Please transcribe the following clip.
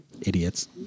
Idiots